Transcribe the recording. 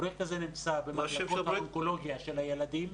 הפרויקט הזה נמצא במחלקות האונקולוגיה של ילדים.